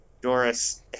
Doris